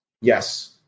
Yes